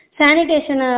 sanitation